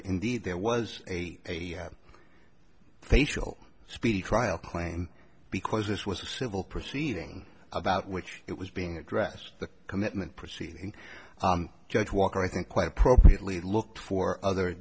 indeed there was a thankful speedy trial plain because this was a civil proceeding about which it was being addressed the commitment proceeding in judge walker i think quite appropriately looked for other